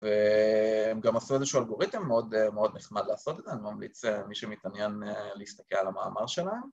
‫והם גם עשו איזשהו אלגוריתם, ‫מאוד נחמד לעשות את זה. ‫אני ממליץ מי שמתעניין ‫להסתכל על המאמר שלהם.